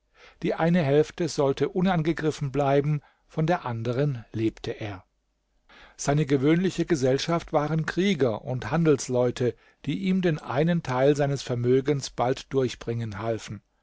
die eine hälfte sollte unangegriffen bleiben von der anderen lebte er seine gewöhnliche gesellschaft waren krieger und handelsleute die ihm den einen teil seines vermögens bald durchbringen halfen